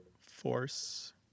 force